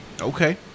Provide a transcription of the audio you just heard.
Okay